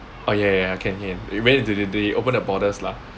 oh ya ya ya can can when wait till they open the borders lah